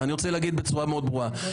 בסדר